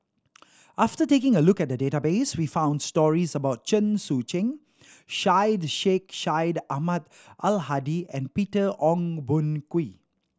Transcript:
after taking a look at the database we found stories about Chen Sucheng Syed Sheikh Syed Ahmad Al Hadi and Peter Ong Boon Kwee